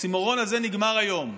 האוקסימורון הזה נגמר היום.